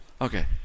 Okay